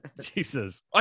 Jesus